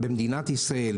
במדינת ישראל,